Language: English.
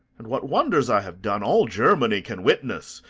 and what wonders i have done, all germany can witness,